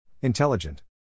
Intelligent